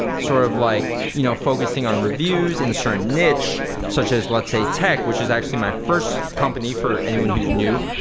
sort of like you know focusing on reviews in a certain niche, such as let's say tech, which is actually my first company for anyone who's new.